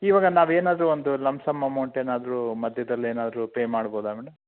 ಇವಾಗ ನಾವೇನಾದರೂ ಒಂದು ಲಂಪ್ ಸಮ್ ಅಮೌಂಟ್ ಏನಾದರೂ ಮಧ್ಯದಲ್ಲಿ ಏನಾದರೂ ಪೇ ಮಾಡಬೋದ ಮೇಡಮ್